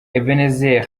ebenezer